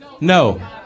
No